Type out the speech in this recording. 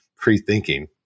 Pre-thinking